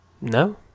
No